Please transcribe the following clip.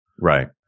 right